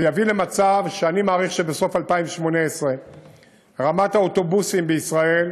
למצב שאני מעריך שבסוף 2018 רמת האוטובוסים בישראל